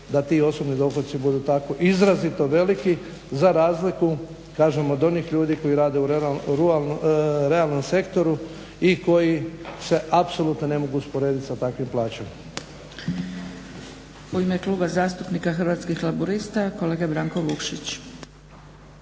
da ti osobni dohoci budu tako izrazito veliki za razliku kažem od onih ljudi koji rade u realnom sektoru i koji se apsolutno ne mogu usporediti sa takvim plaćama.